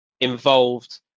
involved